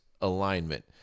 alignment